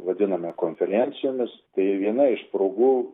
vadiname konferencijomis tai viena iš progų